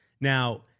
Now